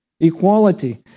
Equality